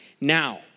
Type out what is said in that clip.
Now